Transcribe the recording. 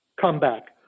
comeback